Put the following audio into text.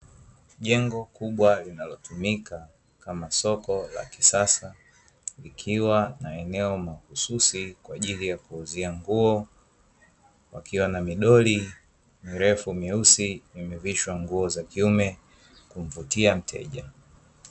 Jengo kubwa linalotumika kama soko la kisasa, likiwa na eneo mahususi kwa ajili ya kuuzia nguo, wakiwa na midoli mirefu mieusi imevishwa nguo za kiume kumvutia mteja.